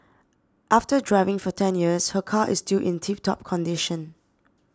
after driving for ten years her car is still in tip top condition